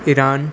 Iran